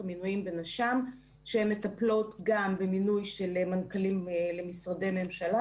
המינויים בנש"ם שהן מטפלות גם במינוי של מנכ"לים למשרדי ממשלה.